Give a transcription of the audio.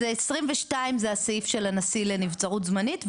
אז 22 זה הסעיף של הנשיא לנבצרות זמנית,